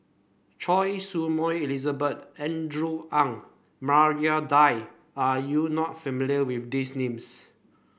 Choy Su Moi Elizabeth Andrew Ang Maria Dyer are you not familiar with these names